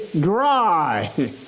dry